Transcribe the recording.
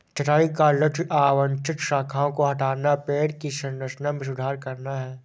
छंटाई का लक्ष्य अवांछित शाखाओं को हटाना, पेड़ की संरचना में सुधार करना है